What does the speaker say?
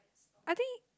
I think